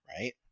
right